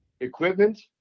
equipment